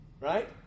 Right